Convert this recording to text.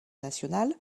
nationale